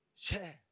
Share